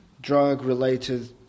drug-related